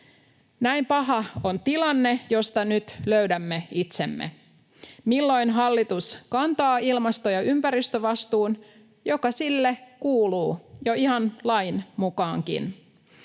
Näin paha on tilanne, josta nyt löydämme itsemme. Milloin hallitus kantaa ilmasto- ja ympäristövastuun, joka sille kuuluu jo ihan lainkin mukaan?